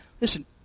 Listen